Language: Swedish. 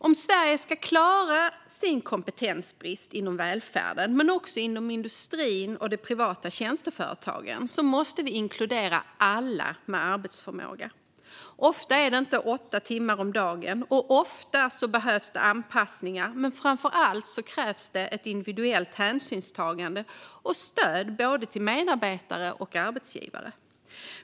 Om Sverige ska klara sin kompetensbrist inom välfärden men också inom industrin och de privata tjänsteföretagen måste vi inkludera alla med arbetsförmåga. Ofta är det inte åtta timmar om dagen som gäller, men det behövs ofta anpassningar. Framför allt krävs det ett individuellt hänsynstagande och stöd både till medarbetare och arbetsgivare.